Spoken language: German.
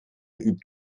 übt